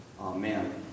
Amen